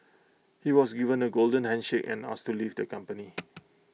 he was given A golden handshake and asked to leave the company